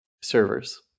servers